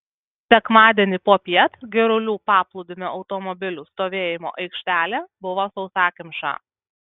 sekmadienį popiet girulių paplūdimio automobilių stovėjimo aikštelė buvo sausakimša